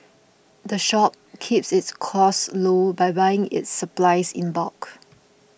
the shop keeps its costs low by buying its supplies in bulk